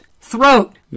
throat